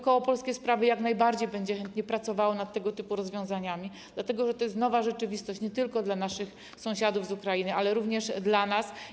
Koło Polskie Sprawy jak najbardziej chętnie będzie pracowało nad tego typu rozwiązaniami, dlatego że to jest nowa rzeczywistość nie tylko dla naszych sąsiadów z Ukrainy, ale również dla nas.